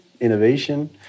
innovation